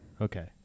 Okay